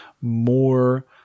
more